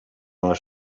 les